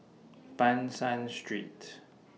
Ban San Street